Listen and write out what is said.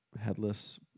headless